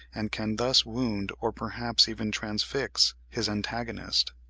and can thus wound or perhaps even transfix his antagonist.